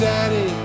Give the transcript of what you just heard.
Daddy